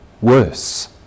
worse